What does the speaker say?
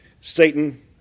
satan